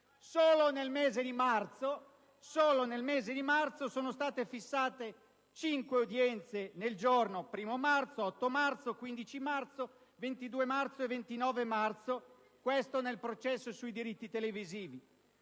solo mese di marzo sono state fissate cinque udienze (1° marzo, 8 marzo, 15 marzo, 22 marzo e 29 marzo) nel processo sui diritti televisivi,